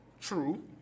True